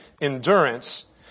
endurance